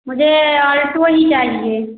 मुझे ऑल्टो ही चाहिए